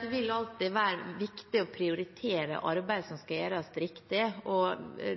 Det vil alltid være viktig å prioritere arbeid som skal gjøres riktig.